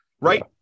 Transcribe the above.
right